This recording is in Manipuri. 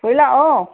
ꯊꯣꯏ ꯂꯥꯛꯑꯣ